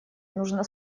нужно